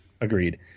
Agreed